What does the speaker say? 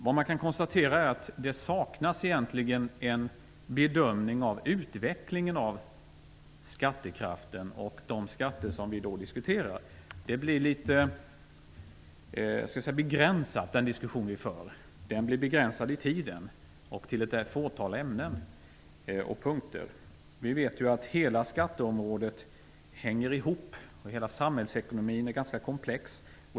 Vad man kan konstatera är att det saknas en bedömning av utvecklingen av skattekraften och de skatter som vi diskuterar. Den diskussion vi för blir litet begränsad. Den blir begränsad i tiden och till ett fåtal ämnen och punkter. Vi vet att hela skatteområdet hänger ihop. Samhällsekonomin är ganska komplex.